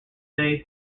jose